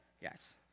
Yes